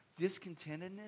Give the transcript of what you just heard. discontentedness